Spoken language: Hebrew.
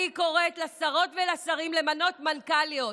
אני קוראת לשרות ולשרים למנות מנכ"ליות.